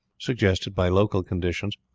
suggested by local conditions,